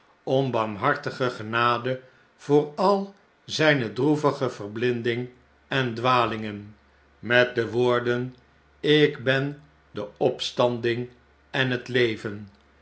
om armhartige genade voor al zjjne droevige verblinding en dwalingen met de woorden lk ben de opstanding en het leven